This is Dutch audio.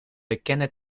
bekende